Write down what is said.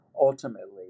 ultimately